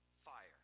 fire